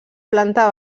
planta